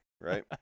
right